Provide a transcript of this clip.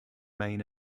mane